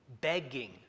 Begging